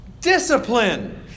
discipline